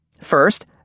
First